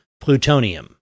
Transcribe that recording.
plutonium